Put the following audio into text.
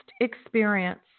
experience